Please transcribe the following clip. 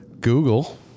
google